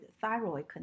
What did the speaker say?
thyroid